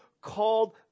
called